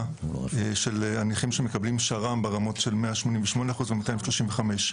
של הנכים שמקבלים שר"מ ברמות של 188% ו-235%.